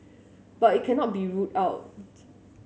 but it cannot be ruled out